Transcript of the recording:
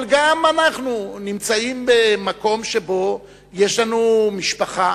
אבל גם אנחנו נמצאים במקום שבו יש לנו משפחה,